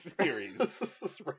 series